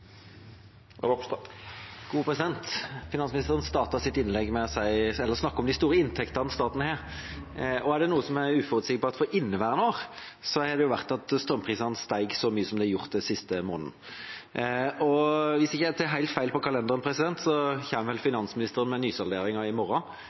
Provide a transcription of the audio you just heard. Finansministeren startet sitt innlegg med å snakke om de store inntektene staten har. Er det noe som har vært uforutsigbart for inneværende år, er det at strømprisene har steget så mye som de har gjort den siste måneden. Hvis jeg ikke ser helt feil på kalenderen,